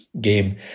game